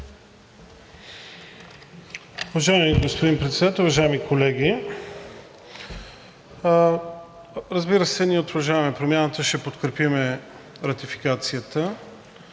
Уважаеми господин Председател, уважаеми колеги! Разбира се, ние от „Продължаваме Промяната“ ще подкрепим ратификацията,